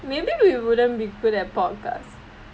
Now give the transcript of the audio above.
maybe we wouldn't be good at podcast